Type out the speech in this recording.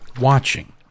watching